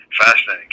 fascinating